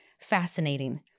fascinating